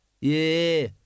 Yeah